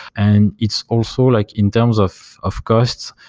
and it's also like in terms of of costs,